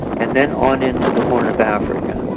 and then on into the horn of africa,